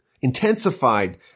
intensified